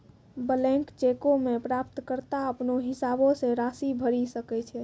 blank चेको मे प्राप्तकर्ता अपनो हिसाबो से राशि भरि सकै छै